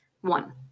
One